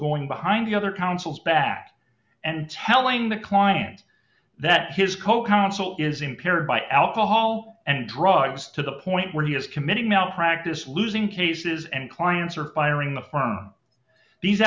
going behind the other counsel's back and telling the client that his co counsel is impaired by alcohol and drugs to the point where he is committing malpractise losing cases and clients are firing the firm these